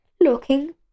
looking